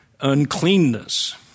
uncleanness